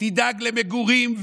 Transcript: תדאג למגורים,